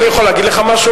אני יכול להגיד לך משהו?